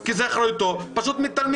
כי זו אחריותו פשוט מתעלמים.